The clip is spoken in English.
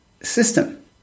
system